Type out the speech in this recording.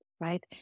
right